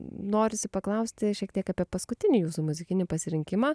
norisi paklausti šiek tiek apie paskutinį jūsų muzikinį pasirinkimą